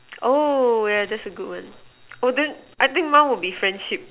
oh yeah that's a good one oh then I think mine will be friendship